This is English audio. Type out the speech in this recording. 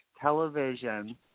television